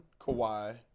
Kawhi